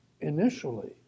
initially